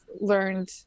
learned